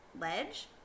ledge